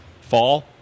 fall